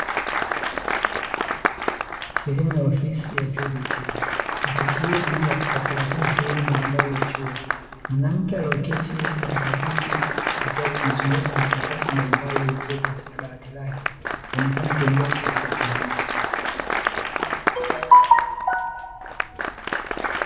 Sehemu ya ofisi ya chuo kikuu, ofisi hiyo hutumiwa katika kuratibu shughuli mbalimbali za chuo. Mwanamke aliyeketi katika kiti akiwa amezungukwa na karatasi mbalimbali zipo katika dawati lake, anaonekana kiongozi katika chuo hiki.